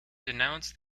denounced